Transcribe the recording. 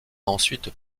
ensuite